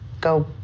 go